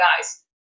guys